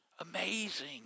amazing